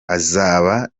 azaba